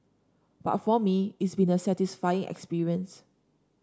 but for me it's been a satisfying experience